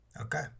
okay